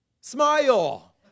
Smile